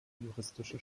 juristische